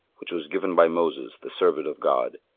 which was given by moses the servant of god,